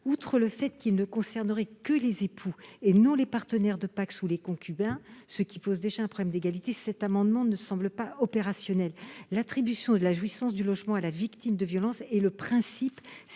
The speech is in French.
Outre le fait qu'il ne concernerait que les époux et non les partenaires de PACS ou les concubins, ce qui pose déjà un problème d'égalité, cet amendement ne me semble pas opérationnel. L'attribution de la jouissance du logement à la victime de violences est le principe,